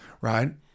right